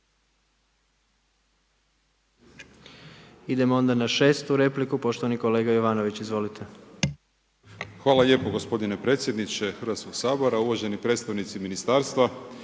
Idemo onda na 6. repliku, poštovani kolega Jovanović, izvolite. **Jovanović, Željko (SDP)** Hvala lijepo gospodine predsjedniče Hrvatskog sabora, uvaženi predstavnici ministarstva.